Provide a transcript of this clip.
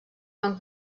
van